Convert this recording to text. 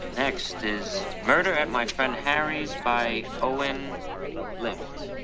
next is murder at my friend harry's by owen lips?